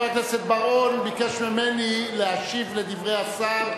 חבר הכנסת בר-און ביקש ממני להשיב על דברי השר,